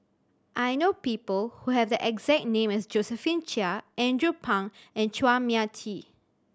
I know people who have the exact name as Josephine Chia Andrew Phang and Chua Mia Tee